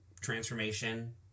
transformation